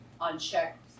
unchecked